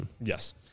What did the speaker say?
Yes